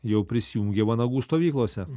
jau prisijungė vanagų stovyklose